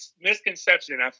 misconception